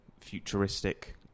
futuristic